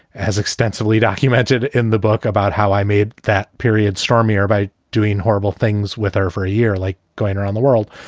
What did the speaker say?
has extensively documented in the book about how i made that period stormier by doing horrible things with her for a year like going around the world.